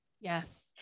Yes